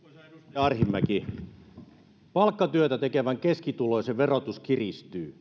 edustaja arhinmäki palkkatyötä tekevän keskituloisen verotus kiristyy